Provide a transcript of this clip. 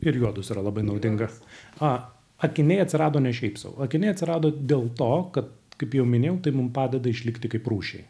ir juodus yra labai naudingas a akiniai atsirado ne šiaip sau akiniai atsirado dėl to kad kaip jau minėjau tai mum padeda išlikti kaip rūšiai